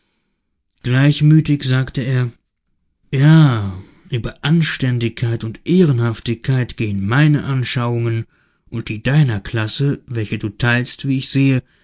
gleichmütig sagte er ja über anständigkeit und ehrenhaftigkeit gehen meine anschauungen und die deiner klasse welche du teilst wie ich sehe